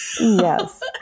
Yes